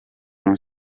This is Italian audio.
non